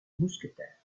mousquetaires